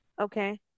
okay